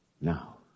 now